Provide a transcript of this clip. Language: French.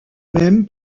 même